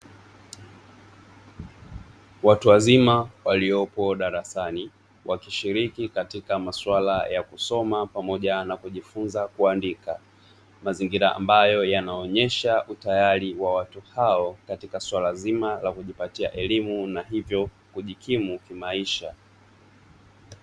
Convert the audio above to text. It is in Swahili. Watu wazima waliopo darasani wakishiriki katika maswala ya kusoma pamoja na kujifunza kuandika, mazingira ambayo yanaonesha utayari wa watu hao katika swala zima la kujipatia elimu, na hivyo kujikimu kimaisha.